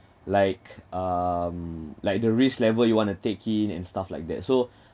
like um like the risk level you want to take in and stuff like that so